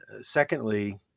secondly